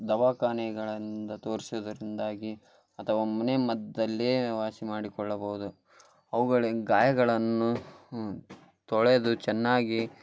ದವಾಖಾನೆಗಳಿಂದ ತೋರ್ಸುವುದರಿಂದಾಗಿ ಅಥವಾ ಮನೆಮದ್ದಲ್ಲೇ ವಾಸಿ ಮಾಡಿಕೊಳ್ಳಬಹುದು ಅವ್ಗಳಿಗೆ ಗಾಯಗಳನ್ನು ತೊಳೆದು ಚೆನ್ನಾಗಿ